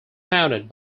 founded